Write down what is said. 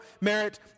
merit